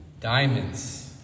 diamonds